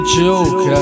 joke